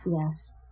yes